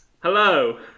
Hello